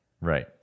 Right